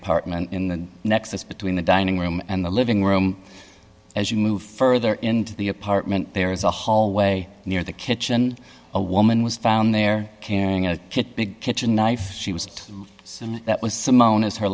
apartment in the nexus between the dining room and the living room as you move further into the apartment there is a hallway near the kitchen a woman was found there carrying a big kitchen knife she was and that was simone as her